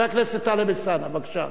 חבר הכנסת טלב אלסאנע, בבקשה.